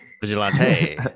vigilante